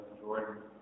Jordan